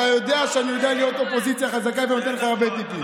אתה יודע שאני יודע להיות אופוזיציה חזקה ונותן לך הרבה טיפים.